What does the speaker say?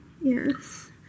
Yes